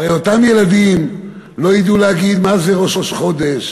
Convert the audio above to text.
הרי אותם ילדים לא ידעו להגיד מה זה ראש חודש,